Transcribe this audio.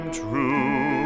true